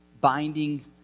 binding